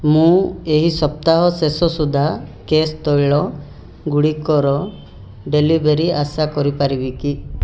ମୁଁ ଏହି ସପ୍ତାହ ଶେଷ ସୁଦ୍ଧା କେଶ ତୈଳଗୁଡ଼ିକର ଡେଲିଭରି ଆଶା କରିପାରିବି କି